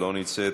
לא נמצאת,